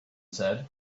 said